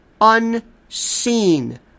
unseen